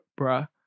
bruh